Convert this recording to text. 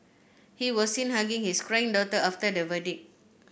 he was seen hugging his crying daughter after the verdict